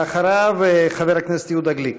אחריו, חבר הכנסת יהודה גליק.